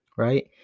Right